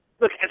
look